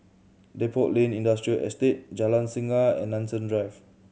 Depot Lane Industrial Estate Jalan Singa and Nanson Drive